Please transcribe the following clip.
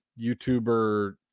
youtuber